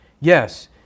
Yes